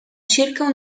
circa